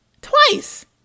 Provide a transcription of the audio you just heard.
Twice